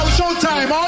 Showtime